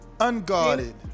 Unguarded